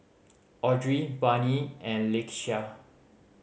Audry Barnie and Lakeshia